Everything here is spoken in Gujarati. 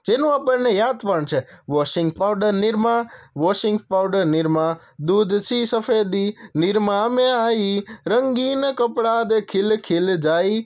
જેનું આપણને યાદ પણ છે washing powder Nirma washing powder Nirma દૂધ સી સફેદી નિરમા મે આઈ રંગીન કપડા દે ખીલ ખીલ જાય